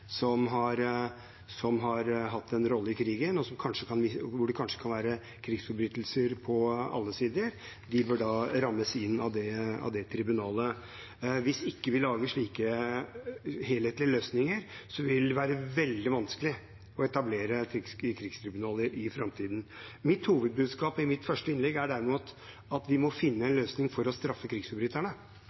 og der det kanskje kan være krigsforbrytelser på alle sider, rammes inn av det tribunalet. Hvis vi ikke lager slike helhetlige løsninger, vil det være veldig vanskelig å etablere krigstribunaler i framtiden. Mitt hovedbudskap i mitt første innlegg var at vi må finne en løsning for å straffe